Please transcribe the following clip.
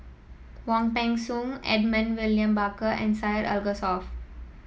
Wong Peng Soon Edmund William Barker and Syed Alsagoff